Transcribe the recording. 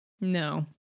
No